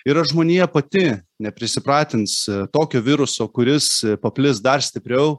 ir ar žmonija pati neprisipratins tokio viruso kuris paplis dar stipriau